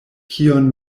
kion